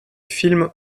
films